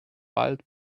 wild